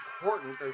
important